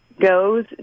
Goes